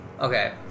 Okay